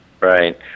Right